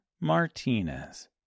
Martinez